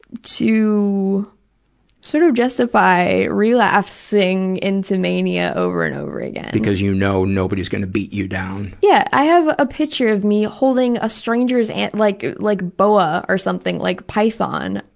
to sort of justify relapsing into mania over and over again. because you know nobody's going to beat you down. yeah! i have a picture of me holding a stranger's and like like boa or something, like a python,